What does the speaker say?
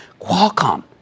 Qualcomm